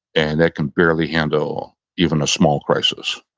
and they can barely handle even a small crisis.